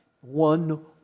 one